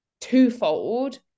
twofold